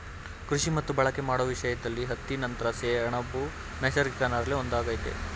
ಕೃಷಿ ಮತ್ತು ಬಳಕೆ ಮಾಡೋ ವಿಷಯ್ದಲ್ಲಿ ಹತ್ತಿ ನಂತ್ರ ಸೆಣಬು ನೈಸರ್ಗಿಕ ನಾರಲ್ಲಿ ಒಂದಾಗಯ್ತೆ